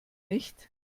nicht